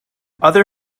other